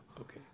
Okay